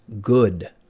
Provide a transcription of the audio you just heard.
good